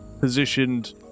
positioned